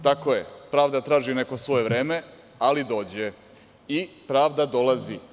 Tako je, pravda traži neko svoje vreme, ali dođe i pravda dolazi.